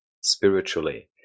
spiritually